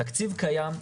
תקציב קיים.